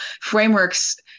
frameworks